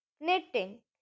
Knitting